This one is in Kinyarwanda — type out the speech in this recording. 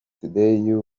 today